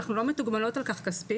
אנחנו לא מתוגמלות על כך כספית.